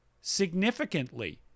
significantly